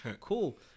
cool